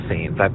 scenes